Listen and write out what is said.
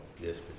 yes